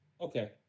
Okay